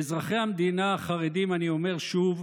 לאזרחי המדינה החרדים אני אומר שובף